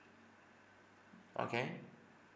okay